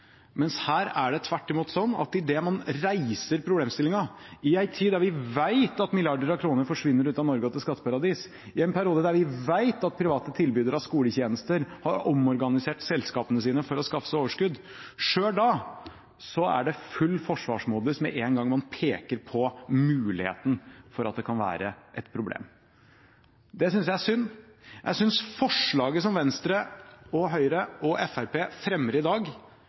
Mens her er det tvert imot sånn at idet man reiser problemstillingen, i en tid da vi vet at milliarder av kroner forsvinner ut av Norge og til skatteparadis, i en periode da vi vet at private tilbydere av skoletjenester har omorganisert selskapene sine for å skaffe seg overskudd – selv da er det full forsvarsmodus med en gang man peker på muligheten for at det kan være et problem. Det synes jeg er synd. Jeg synes forslaget som Venstre, Høyre og Fremskrittspartiet fremmer i dag,